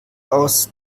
aus